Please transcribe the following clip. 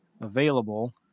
available